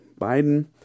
Biden